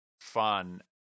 fun